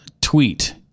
tweet